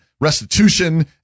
restitution